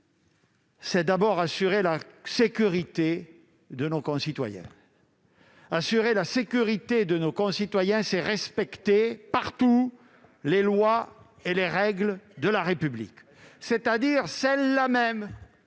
c'est d'abord assurer la sécurité de nos concitoyens. Assurer la sécurité de nos concitoyens, c'est respecter, partout, les lois et les règles de la République, ... Très bien !... celles-là mêmes